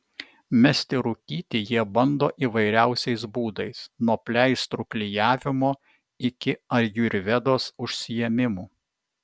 mesti rūkyti jie bando įvairiausiais būdais nuo pleistrų klijavimo iki ajurvedos užsiėmimų